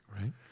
right